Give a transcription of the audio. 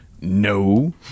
no